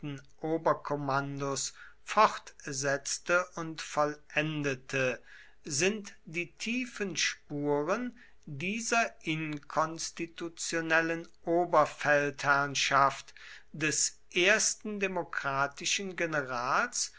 oberkommandos fortsetzte und vollendete sind die tiefen spuren dieser inkonstitutionellen oberfeldherrnschaft des ersten demokratischen generals